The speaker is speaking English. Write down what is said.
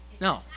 No